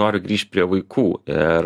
noriu grįš prie vaikų ir